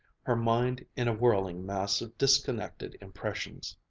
her mind in a whirling mass of disconnected impressions.